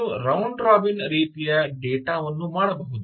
ನೀವು round robin ರೀತಿಯ data ವನ್ನು ಮಾಡಬಹುದು